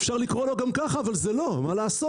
אפשר לקרוא לו גם ככה אבל זה לא, מה לעשות?